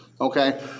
Okay